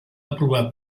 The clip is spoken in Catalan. aprovar